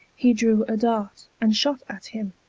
he drew a dart and shot at him,